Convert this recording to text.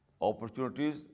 opportunities